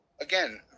again